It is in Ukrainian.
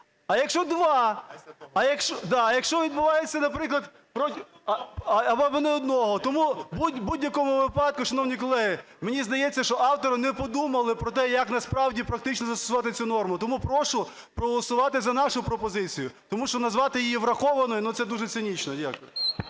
А якщо два? А якщо відбувається, наприклад… або ні одного. Тому у будь-якому випадку, шановні колеги, мені здається, що автори не подумали про те, як насправді практично застосувати цю норму. Тому прошу проголосувати за нашу пропозицію, тому що назвати її врахованою, ну, це дуже цинічно. Дякую.